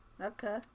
Okay